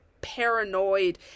paranoid